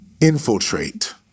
Infiltrate